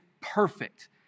perfect